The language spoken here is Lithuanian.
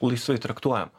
laisvai traktuojama